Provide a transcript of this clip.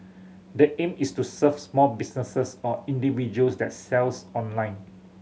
the aim is to serve small businesses or individuals that sells online